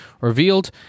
revealed